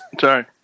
sorry